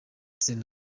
uncle